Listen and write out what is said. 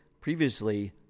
previously